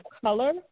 color